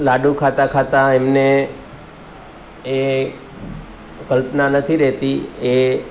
લાડુ ખાતા ખાતા એમને એ કલ્પના નથી રહેતી એ